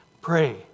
pray